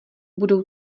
budou